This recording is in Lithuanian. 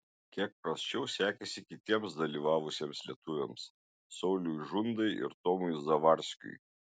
kiek prasčiau sekėsi kitiems dalyvavusiems lietuviams sauliui žundai ir tomui zavarskiui